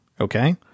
Okay